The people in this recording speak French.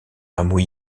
rameau